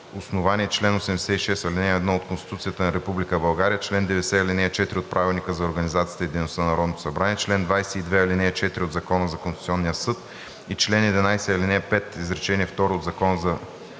основание чл. 86, ал. 1 от Конституцията на Република България, чл. 90, ал. 4 от Правилника за организацията и дейността на Народното събрание, чл. 22, ал. 4 от Закона за Конституционния съд и чл. 11, ал. 5, изречение второ от Закона за енергетиката